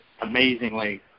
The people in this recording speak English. amazingly